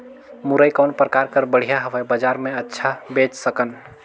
मुरई कौन प्रकार कर बढ़िया हवय? बजार मे अच्छा बेच सकन